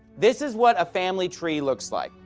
this is what a family tree looks like.